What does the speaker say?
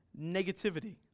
Negativity